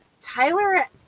Tyler